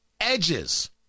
edges